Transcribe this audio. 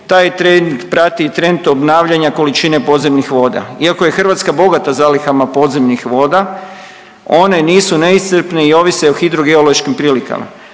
taj trend prati i trend obnavljanja količine podzemnih voda. Iako je Hrvatska bogata zalihama podzemnih voda one nisu neiscrpne i ovise o hidrogeološkim prilikama.